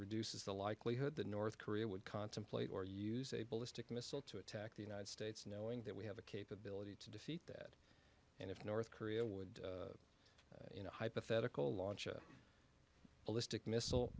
reduces the likelihood that north korea would contemplate or use a ballistic missile to attack the united states knowing that we have a capability to defeat that and if north korea would in a hypothetical launch a ballistic missile